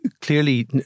Clearly